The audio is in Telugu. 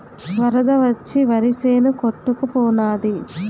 వరద వచ్చి వరిసేను కొట్టుకు పోనాది